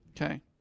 Okay